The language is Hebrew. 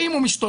ואם הוא משתולל,